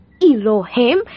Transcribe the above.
Elohim